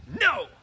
No